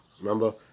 remember